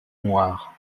noir